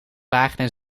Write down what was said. pagina